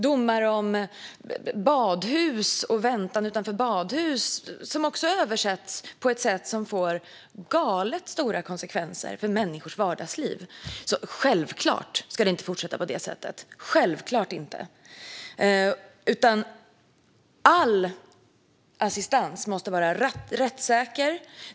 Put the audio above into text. Domar om väntan utanför badhus har också överförts på ett sätt som får galet stora konsekvenser för människors vardagsliv. Det ska självklart inte fortsätta på det sättet. All assistans måste vara rättssäker.